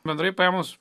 bendrai paėmus